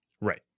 Right